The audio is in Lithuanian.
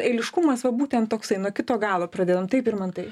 eiliškumas va būtent toksai nuo kito galo pradedam taip irmantai